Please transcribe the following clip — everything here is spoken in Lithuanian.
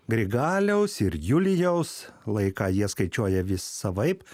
grigaliaus ir julijaus laiką jie skaičiuoja vis savaip